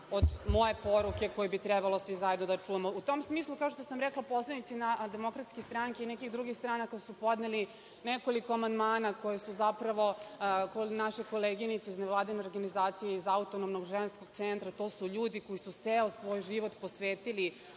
od moje poruke koju bi trebalo svi zajedno da čujemo.U tom smislu, kao što sam rekla, poslanici DS i nekih drugih stranaka su podneli nekoliko amandmana koji su zapravo od naše koleginice iz nevladine organizacije iz Autonomnog ženskog centra. To su ljudi koji su ceo svoj život posvetili